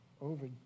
over